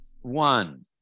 One